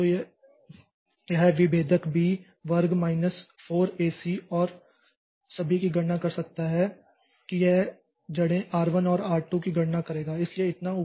तो यह विभेदक बी वर्ग माइनस 4 एसी और सभी की गणना कर सकता है कि यह जड़ों r1 और r2 की गणना करेगा